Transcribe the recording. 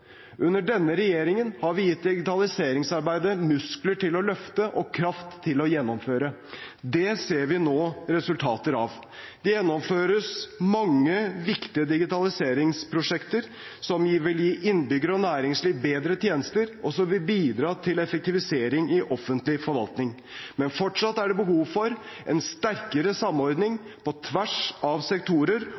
Under denne regjeringen har vi gitt digitaliseringsarbeidet muskler til å løfte og kraft til å gjennomføre. Det ser vi nå resultater av. Det gjennomføres mange viktige digitaliseringsprosjekter som vil gi innbyggere og næringsliv bedre tjenester, og som vil bidra til effektivisering i offentlig forvaltning. Men fortsatt er det behov for en sterkere samordning på tvers av sektorer